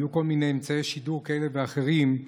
היו כל מיני אמצעי שידור כאלה ואחרים,